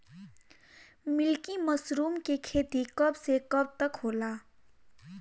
Milky mushroom के खेती कब से कब तक होला?